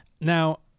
Now